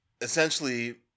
essentially